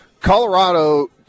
Colorado